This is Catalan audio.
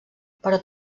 però